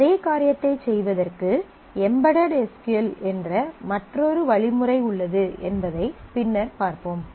அதே காரியத்தைச் செய்வதற்கு எம்பேடெட் எஸ் க்யூ எல் என்ற மற்றொரு வழிமுறை உள்ளது என்பதை பின்னர் பார்ப்போம்